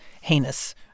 heinous